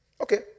Okay